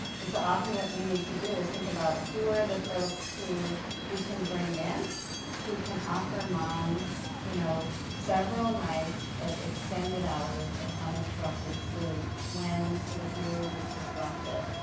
and so often what we need to do is think about who are the folks who we can bring in who can offer mom you know several nights of extended hours of uninterrupted sleep when sort of mood is disrupted.